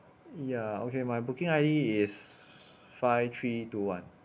ya okay my booking I_D is five three two one